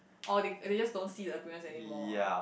or they they just don't see the appearance anymore ah